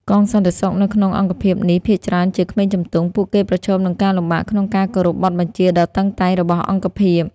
កងសន្តិសុខនៅក្នុងអង្គភាពនេះភាគច្រើនជា ក្មេងជំទង់ ពួកគេប្រឈមនឹងការលំបាកក្នុងការគោរពបទបញ្ជាដ៏តឹងតែងរបស់អង្គភាព។